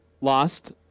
lost